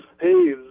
hey